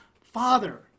Father